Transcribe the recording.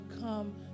come